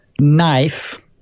knife